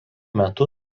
metu